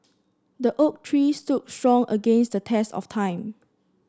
the oak tree stood strong against the test of time